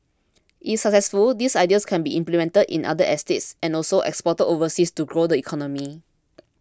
if successful these ideas can be implemented in other estates and also exported overseas to grow the economy